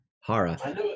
Hara